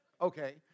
okay